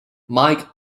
mike